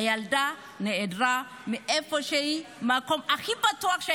הילדה נעדרת מהמקום הכי בטוח,